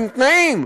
עם תנאים.